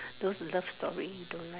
those love stories don't like